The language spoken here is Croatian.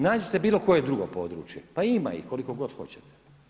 Nađite bilo koje drugo područje, pa ima ih koliko god hoćete.